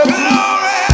glory